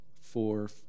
four